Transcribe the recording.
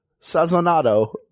sazonado